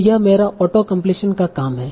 तो यह मेरा ऑटो कम्पलीशन का काम है